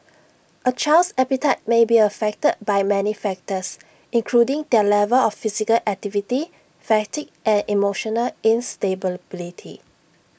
A child's appetite may be affected by many factors including their level of physical activity fatigue and emotional instability